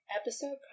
episode